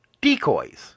decoys